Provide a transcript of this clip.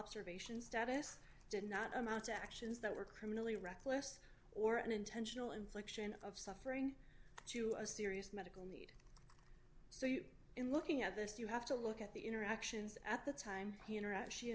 observation status did not amount to actions that were criminally reckless or an intentional infliction of suffering to a serious medical so you in looking at this you have to look at the interactions at the time the